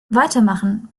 weitermachen